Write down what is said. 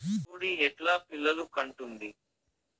కోడి ఎట్లా పిల్లలు కంటుంది?